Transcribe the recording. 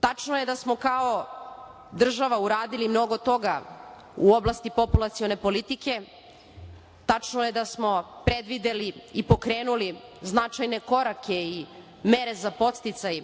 Tačno je da smo kao država uradili mnogo toga u oblasti populacione politike. Tačno je da smo predvideli i pokrenuli značajne korake i mere za podsticaj